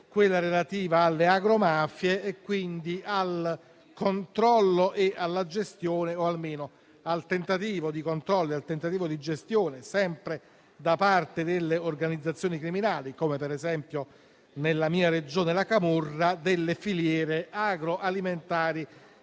quella relativa alle agromafie, quindi al controllo e alla gestione - o almeno al tentativo di controllo e di gestione - sempre da parte delle organizzazioni criminali, come per esempio la camorra nella mia Regione, delle filiere agroalimentari